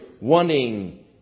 wanting